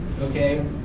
okay